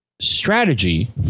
strategy